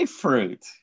fruit